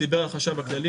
דיבר על זה החשב הכללי,